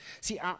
See